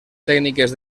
tècniques